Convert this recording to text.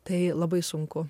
tai labai sunku